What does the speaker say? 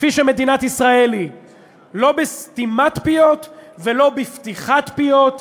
כפי שמדינת ישראל היא לא לסתימת פיות ולא בפתיחת פיות.